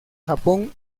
japón